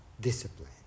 discipline